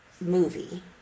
movie